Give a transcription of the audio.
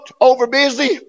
Overbusy